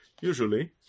usually